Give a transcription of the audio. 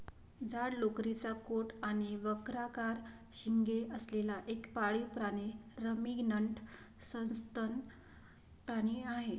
जाड लोकरीचा कोट आणि वक्राकार शिंगे असलेला एक पाळीव प्राणी रमिनंट सस्तन प्राणी आहे